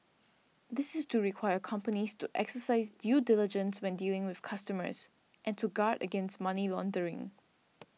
this is to require companies to exercise due diligence when dealing with customers and to guard against money laundering